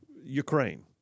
Ukraine